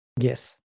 Yes